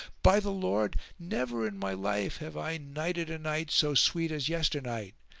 by the lord, never in my life have i nighted a night so sweet as yesternight,